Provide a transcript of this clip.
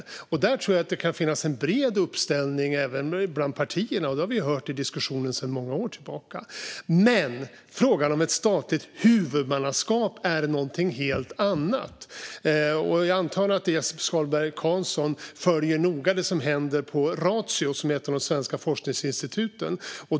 Där tror jag att det kan finnas en bred uppställning bland de olika partierna, vilket vi har hört i diskussionen under många år. Frågan om ett statligt huvudmannaskap är dock något helt annat. Jag antar att Jesper Skalberg Karlsson noga följer det som händer på Ratio, som är ett svenskt forskningsinstitut.